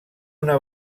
una